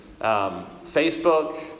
Facebook